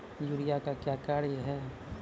Urea का क्या कार्य हैं?